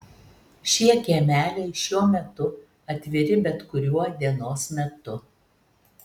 šie kiemeliai šiuo metu atviri bet kuriuo dienos metu